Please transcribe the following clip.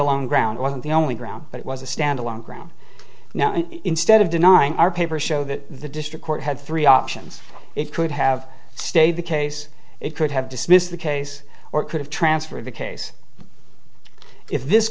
alone ground wasn't the only ground but it was a stand alone ground now and instead of denying our paper show that the district court had three options it could have stayed the case it could have dismissed the case or could have transferred the case if this